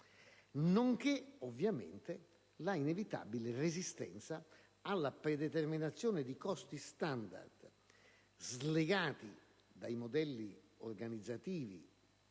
nonché ovviamente l'inevitabile resistenza alla predeterminazione di costi standard slegati dai modelli organizzativi